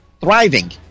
thriving